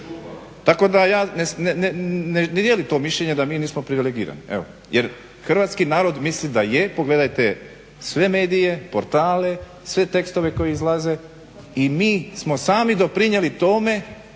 Tako da ja ne dijelim mišljenje da mi nismo privilegirani jer hrvatski narod misli da je. Pogledajte sve medije, portale, sve tekstove koji izlaze i mi smo sami doprinijeli tome